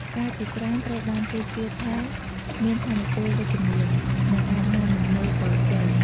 ផ្កាជាច្រើនត្រូវបានគេជឿថាមានថាមពលវិជ្ជមាន និងអាចនាំមកនូវពរជ័យ។